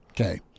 Okay